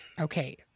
okay